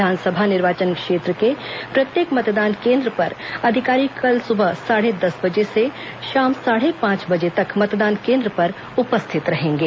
विधानसभा निर्वाचन क्षेत्र के प्रत्येक मतदान केन्द्र पर अधिकारी कल सुबह साढ़े दस बजे से शाम साढ़े पांच बजे तक मतदान केन्द्र पर उपस्थित रहेंगे